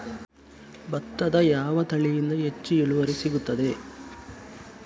ಭತ್ತದ ಯಾವ ತಳಿಯಿಂದ ಹೆಚ್ಚು ಇಳುವರಿ ಸಿಗುತ್ತದೆ?